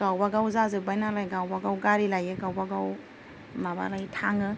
गावबागाव जाजोब्बाय नालाय गावबागाव गारि लायो गावबागाव माबानाय थाङो